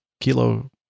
Kilo